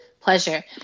pleasure